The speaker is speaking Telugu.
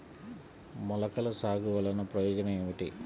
మొలకల సాగు వలన ప్రయోజనం ఏమిటీ?